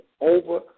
over